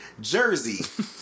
Jersey